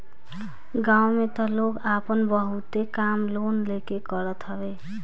गांव में तअ लोग आपन बहुते काम लोन लेके करत हवे